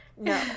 No